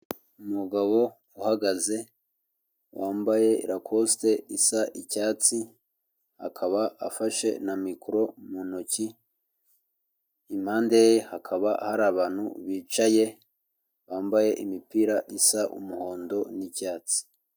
Umugabo uhagaze wambaye rakosite isa icyatsi akaba afashe na mikoro mu ntoki, impande ye hakaba hari abantu bicaye bambaye imipira isa umuhondo n'icyatsi.